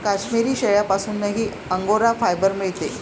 काश्मिरी शेळ्यांपासूनही angora fibre मिळते